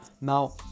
Now